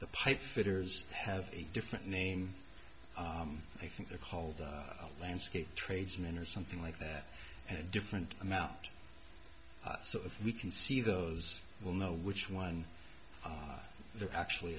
the pipefitters have a different name i think they're called landscape tradesmen or something like that and different i'm out so if we can see those we'll know which one they're actually